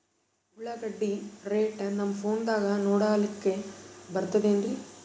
ಉಳ್ಳಾಗಡ್ಡಿ ರೇಟ್ ನಮ್ ಫೋನದಾಗ ನೋಡಕೊಲಿಕ ಬರತದೆನ್ರಿ?